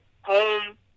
home